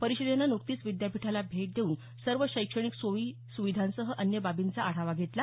परिषदेनं नुकतीच विद्यापीठाला भेट देऊन सर्व शैक्षणिक सोयी सुविधांसह अन्य बाबींचा आढावा घेतला